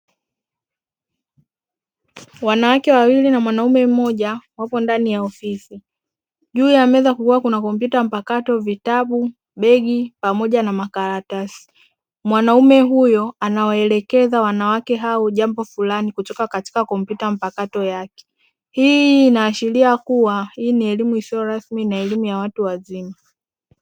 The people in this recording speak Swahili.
Wanawake wawili na mwanaume mmoja wapo ndani ya ofisi, juu ya meza kukuiwa na kompyuta mpakato, vitabu, begi pamoja na makaratasi, mwanaume huyo anawaelekeza wanawake hao jambo fulani kutoka katika kompyuta mpakato yake, hii inaashiria kua hii ni eleimu isiyo rasmi na elimu ya watu wazima.